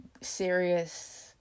serious